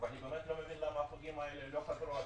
ואני לא מבין למה החוגים לא חזרו.